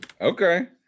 Okay